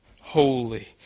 Holy